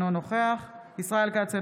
אינו נוכח ישראל כץ,